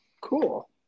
Cool